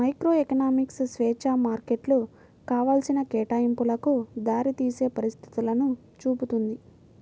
microeconomics స్వేచ్ఛా మార్కెట్లు కావాల్సిన కేటాయింపులకు దారితీసే పరిస్థితులను చూపుతుంది